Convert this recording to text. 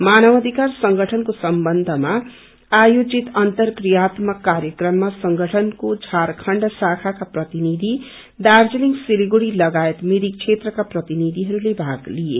मानवाधिकार संगठन को सम्बन्धमा आयोजित अर्न्तक्रियात्मक कार्यक्रममा संगठनको झारखण्ड शाखाका प्रतिनिधि दार्जीलिङ सिलिगुड़ी लगायत मिरिक क्षेत्रका प्रतिनिधिहरूले भ्र्म लिए